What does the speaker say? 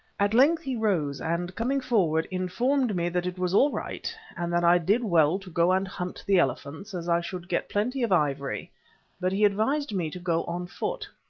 at length he rose, and, coming forward, informed me that it was all right, and that i did well to go and hunt the elephants, as i should get plenty of ivory but he advised me to go on foot.